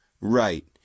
Right